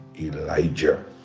Elijah